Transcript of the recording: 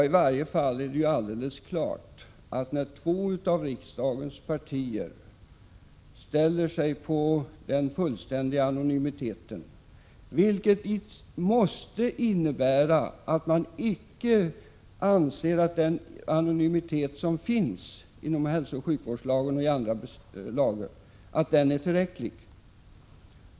I varje fall är det alldeles klart att när två av riksdagens partier ställer sig bakom förslaget om en fullständig anonymitet, då måste det innebära att de inte anser den nuvarande anonymiteten inom hälsooch sjukvårdslagen och andra lagar vara tillräcklig.